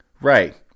Right